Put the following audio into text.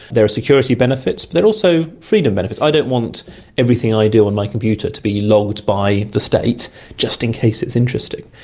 there are security benefits but there are also freedom benefits. i don't want everything i do on my computer to be logged by the state just in case it's interesting.